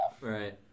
Right